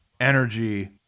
energy